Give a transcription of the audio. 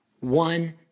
One